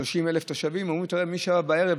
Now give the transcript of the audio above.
30,000 תושבים ואומרים: מי שהיה בערב,